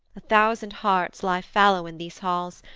a thousand hearts lie fallow in these halls,